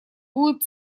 будут